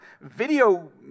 video